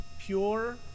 pure